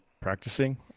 practicing